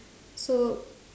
so